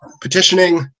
petitioning